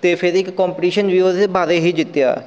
ਅਤੇ ਫਿਰ ਇੱਕ ਕੋਂਪਟੀਸ਼ਨ ਵੀ ਉਹਦੇ ਬਾਰੇ ਹੀ ਜਿੱਤਿਆ